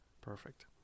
Perfect